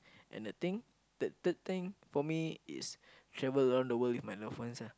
and the thing third third thing for me is travel around the world with my loved ones ah